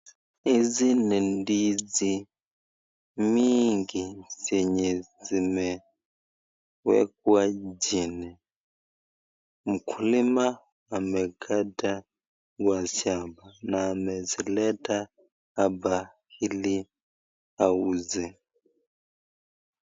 Hizi ni ndizi mingi zenye zimewekwa chini, mkulima amekata kwa shamba na amezileta hapa ili auze.